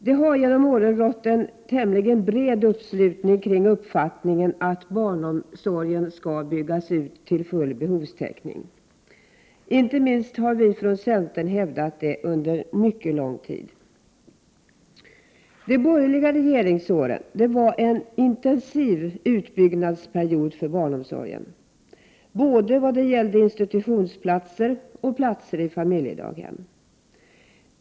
Det har genom åren rått en tämligen bred uppslutning kring uppfattningen att barnomsorgen skall byggas ut till full behovstäckning. Inte minst har vi från centern hävdat detta under mycket lång tid. De borgerliga regeringsåren var en period av intensiv utbyggnad av barnomsorgen, både vad det gällde institutionsplatser och platser i familjedaghem.